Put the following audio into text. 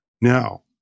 Now